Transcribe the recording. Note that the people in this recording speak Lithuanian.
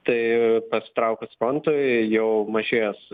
tai pasitraukus frontui jau mažės